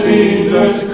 Jesus